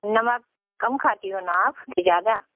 नमक कम खाती हो ना आप कि ज़्यादा